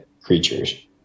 creatures